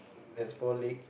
has four leg